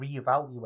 reevaluate